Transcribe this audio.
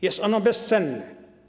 Jest ono bezcenne.